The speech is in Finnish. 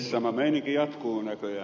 sama meininki jatkuu näköjään